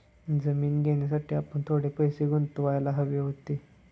जमीन घेण्यासाठी आपण थोडे पैसे गुंतवायला हवे होते